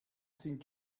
sind